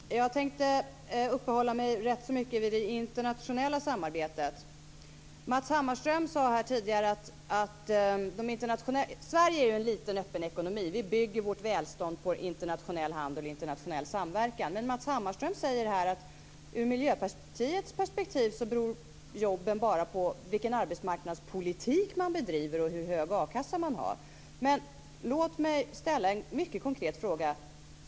Herr talman! Jag tänkte uppehålla mig rätt så mycket vid det internationella samarbetet. Sverige har ju en liten, öppen ekonomi. Vi bygger vårt välstånd på internationell handel och internationell samverkan. Men Matz Hammarström säger här att i Miljöpartiets perspektiv beror jobben bara på vilken arbetsmarknadspolitik man bedriver och hur hög a-kassa man har. Låt mig ställa några mycket konkreta frågor.